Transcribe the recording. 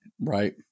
right